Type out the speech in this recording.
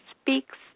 speaks